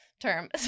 term